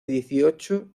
dieciocho